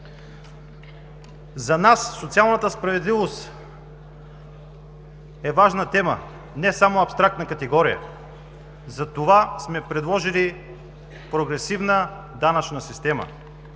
За нас социалната справедливост е важна тема, не само абстрактна категория. Затова сме предложили прогресивна данъчна система.